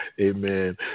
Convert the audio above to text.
Amen